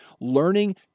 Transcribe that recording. learning